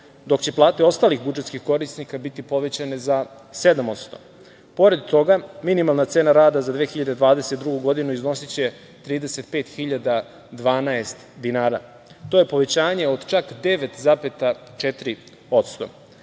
dok će plate ostalih budžetskih korisnika biti povećane za 7%. Pored toga, minimalna cena rada za 2022. godinu iznosiće 35.012 dinara. To je povećanje od čak